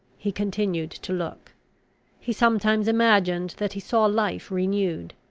he continued to look he sometimes imagined that he saw life renewed.